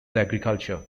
agriculture